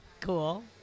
cool